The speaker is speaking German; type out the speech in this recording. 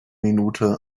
minute